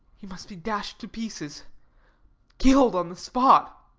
he must be dashed to pieces killed on the spot.